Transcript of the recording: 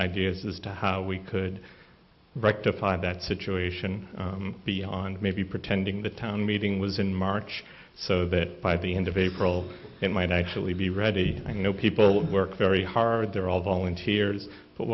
ideas as to how we could rectify that situation beyond maybe pretending the town meeting was in march so that by the end of april it might actually be ready i know people would work very hard they're all volunteers but